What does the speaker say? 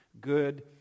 Good